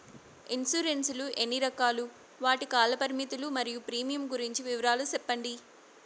Insurance లు ఎన్ని రకాలు? వాటి కాల పరిమితులు మరియు ప్రీమియం గురించి వివరాలు సెప్పండి?